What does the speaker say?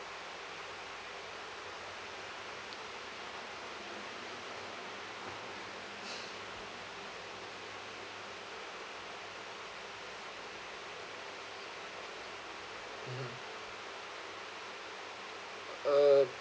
uh